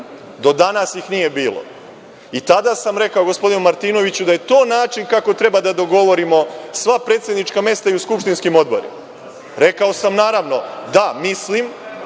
Do danas ih nije bilo. I tada sam rekao gospodinu Martinoviću da je to način kako treba da dogovorimo sva predsednička mesta i u skupštinskim odborima. Rekao sam, naravno, da mislim